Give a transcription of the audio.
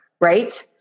right